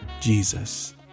Jesus